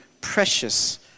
precious